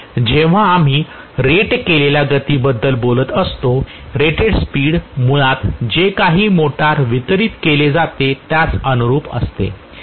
म्हणून जेव्हा आम्ही रेट केलेल्या गतीबद्दल बोलत असतो रेटेड स्पीड मुळात जे काही मोटर वितरित केले जाते त्यास अनुरूप असते